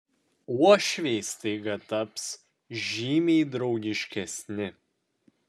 uošviai staiga taps žymiai draugiškesni